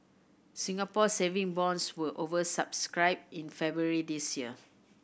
Singapore Saving Bonds were over subscribed in February this year